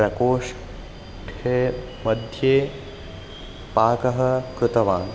प्रकोष्ठे मध्ये पाकः कृतवान्